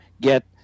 get